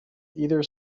either